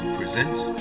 presents